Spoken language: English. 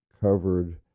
covered